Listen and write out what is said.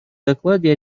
докладе